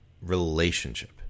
relationship